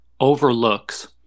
overlooks